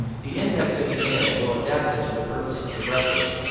the index at the end will adapt it to the purposes of reference,